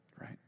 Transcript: Right